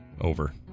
over